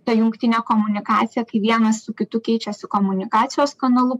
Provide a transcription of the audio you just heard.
ta jungtinė komunikacija kai vienas su kitu keičiasi komunikacijos kanalu